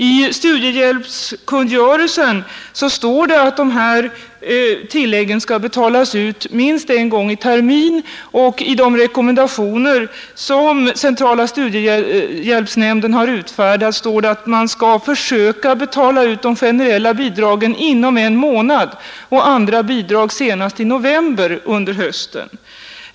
I studiehjälpskungörelsen står det att dessa tillägg skall betalas ut minst en gång per termin, och i de rekommendationer som centrala studiehjälpsnämnden har utfärdat står det att man skall försöka betala ut de generella bidragen inom en månad efter terminens eller kursens början och andra bidrag senast i november.